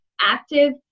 active